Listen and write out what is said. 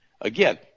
Again